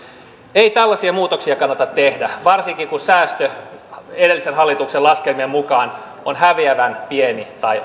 ei tällaisia muutoksia kannata tehdä varsinkin kun säästö edellisen hallituksen laskelmien mukaan on häviävän pieni tai